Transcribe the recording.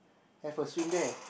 have a swim there